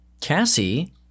Cassie